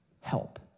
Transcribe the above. help